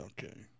okay